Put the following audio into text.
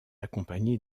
accompagné